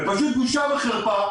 פשוט בושה וחרפה.